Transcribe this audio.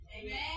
Amen